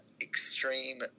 extreme